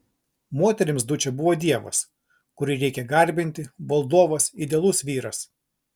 moterims dučė buvo dievas kurį reikia garbinti valdovas idealus vyras